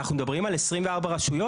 אנחנו מדברים על 24 רשויות.